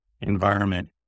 environment